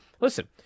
listen